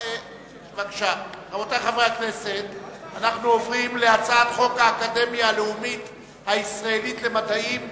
אנו מצביעים על הצעת חוק האקדמיה הלאומית הישראלית למדעים (תיקון,